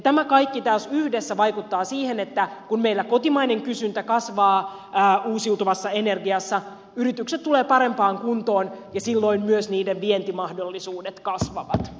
tämä kaikki taas yhdessä vaikuttaa siihen että kun meillä kotimainen kysyntä kasvaa uusiutuvassa energiassa yritykset tulevat parempaan kuntoon ja silloin myös niiden vientimahdollisuudet kasvavat